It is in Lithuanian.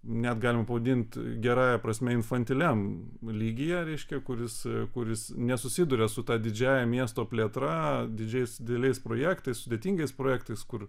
net galima pavadint gerąja prasme infantiliam lygyje reiškia kuris kuris nesusiduria su ta didžiąja miesto plėtra didžiais dideliais projektais sudėtingais projektais kur